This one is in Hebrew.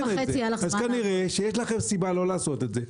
אז כנראה יש לכם סיבה לא לעשות את זה.